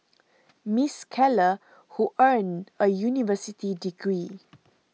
Miss Keller who earned a university degree